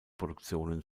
produktionen